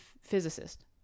physicist